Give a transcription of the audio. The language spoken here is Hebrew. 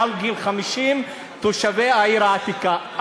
אנשים מעל גיל 50 תושבי העיר העתיקה.